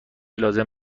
لازم